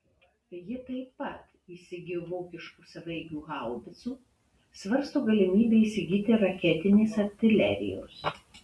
ji taip pat įsigijo vokiškų savaeigių haubicų svarsto galimybę įsigyti raketinės artilerijos